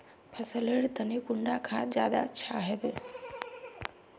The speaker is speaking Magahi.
फसल लेर तने कुंडा खाद ज्यादा अच्छा हेवै?